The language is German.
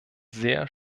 sehr